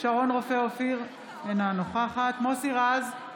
שרון רופא אופיר, אינה נוכחת מוסי רז,